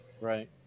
Right